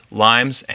limes